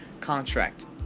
contract